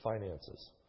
finances